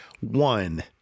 one